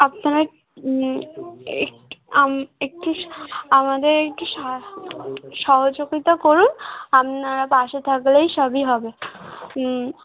আপনারা একটু একটু স আমাদের একটু সাহায্য সহযোগিতা করুন আপনারা পাশে থাকলেই সবই হবে হুম